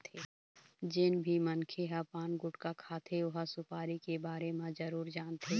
जेन भी मनखे ह पान, गुटका खाथे ओ ह सुपारी के बारे म जरूर जानथे